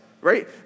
right